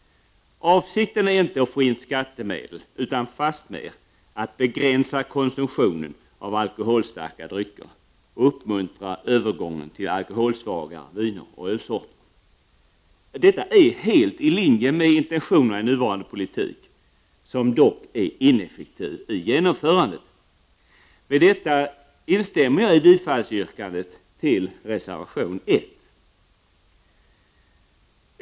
Avsikten är inte att få in skattemedel utan fastmer att begränsa konsumtionen av alkoholstarka drycker och uppmuntra övergången till alkoholsvagare viner och ölsorter. Detta är helt i linje med intentionerna i nuvarande politik, som dock är ineffektiv i genomförandet. Med detta yrkar jag bifall till reservation 1.